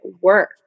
work